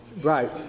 Right